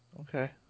Okay